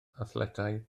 athletau